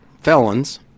felons